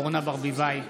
אורנה ברביבאי,